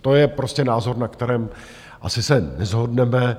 To je prostě názor, na kterém asi se neshodneme.